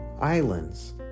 islands